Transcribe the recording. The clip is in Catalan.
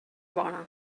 bona